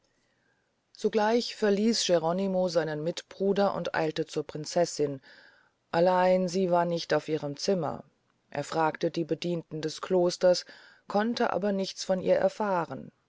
sogleich verließ geronimo seinen mitbruder und eilte zur prinzessin allein sie war nicht auf ihrem zimmer er fragte die bedienten des klosters konnte aber nichts von ihr erfahren